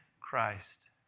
Christ